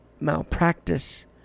malpractice